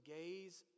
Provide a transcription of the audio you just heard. gaze